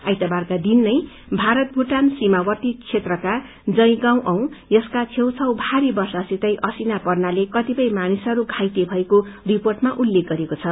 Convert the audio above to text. आइतबारका दिन नै भारत भूटान सीमावर्ती क्षेत्रका जयगाँउ औ यसको छेउछाउ भारी वर्षासितै असिना पर्नाले कतिपय मानिसहरू घाइते भएको रिपोर्टमा उल्लेख गरिएको छ